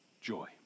joy